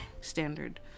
Standard